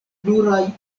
pluraj